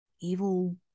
evil